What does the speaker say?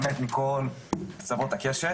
באמת מכל קצוות הקשת.